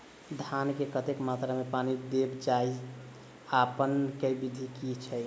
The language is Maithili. धान मे कतेक मात्रा मे पानि देल जाएँ छैय आ माप केँ विधि केँ छैय?